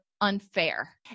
unfair